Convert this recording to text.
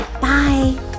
Bye